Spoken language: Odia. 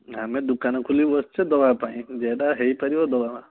ଆମେ ଦୋକାନ ଖୋଲିକି ବସିଛେ ଦେବା ପାଇଁ ଯେଉଁଟା ହେଇପାରିବ ଦେବା